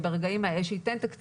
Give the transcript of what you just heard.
שייתן תקציב?